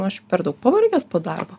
nu aš per daug pavargęs po darbo